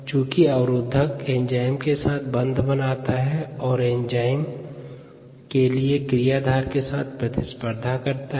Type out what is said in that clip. चूँकि अवरोधक एंजाइम के साथ बंध बनाता है और एंजाइम के लिए क्रियाधार के साथ प्रतिस्पर्धा कर रहा है